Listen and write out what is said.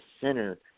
center